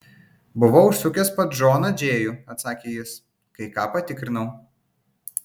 buvau užsukęs pas džoną džėjų atsakė jis kai ką patikrinau